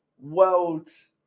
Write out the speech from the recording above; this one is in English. world's